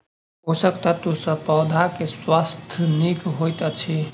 पोषक तत्व सॅ पौधा के स्वास्थ्य नीक होइत अछि